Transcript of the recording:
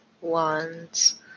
wands